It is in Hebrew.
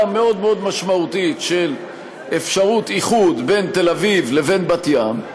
מאוד מאוד משמעותית של אפשרות איחוד בין תל-אביב לבין בת-ים,